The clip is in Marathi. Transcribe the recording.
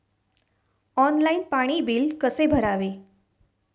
ऑनलाइन पाणी बिल कसे भरावे?